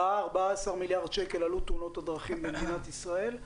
ראה 14 מיליארד שקלים עלו תאונות הדרכים במדינת ישראל,